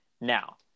Now